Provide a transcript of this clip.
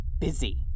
busy